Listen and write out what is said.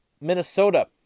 Minnesota